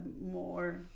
more